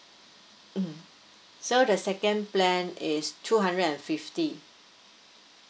mm so the second plan is two hundred and fifty